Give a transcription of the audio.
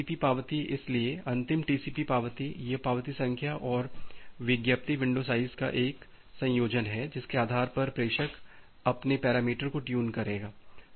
अब टीसीपी पावती इसलिए अंतिम टीसीपी पावती यह पावती संख्या और विज्ञापित विंडो साइज़ का एक संयोजन है जिसके आधार पर प्रेषक अपने पैरामीटर को ट्यून करेगा